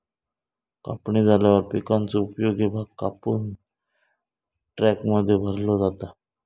कापणी झाल्यावर पिकाचो उपयोगी भाग कापून ट्रकमध्ये भरलो जाता